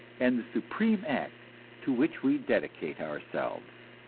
and the supreme act to which we dedicate ourselves.